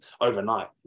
overnight